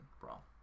Brawl